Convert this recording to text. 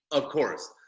of course.